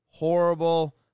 horrible